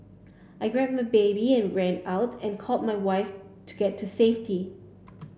I grabbed my baby and ran out and called my wife to get to safety